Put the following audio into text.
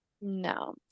No